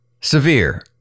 severe